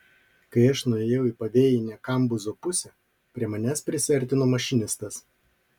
kai aš nuėjau į pavėjinę kambuzo pusę prie manęs prisiartino mašinistas